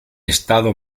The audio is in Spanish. estado